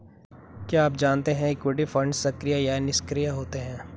क्या आप जानते है इक्विटी फंड्स सक्रिय या निष्क्रिय होते हैं?